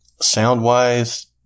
sound-wise